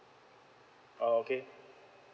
orh okay